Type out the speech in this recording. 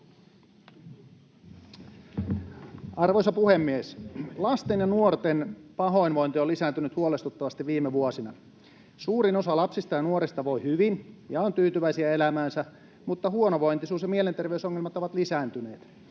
Arvoisa puhemies! Lasten ja nuorten pahoinvointi on lisääntynyt huolestuttavasti viime vuosina. Suurin osa lapsista ja nuorista voi hyvin ja on tyytyväisiä elämäänsä, mutta huonovointisuus ja mielenterveysongelmat ovat lisääntyneet.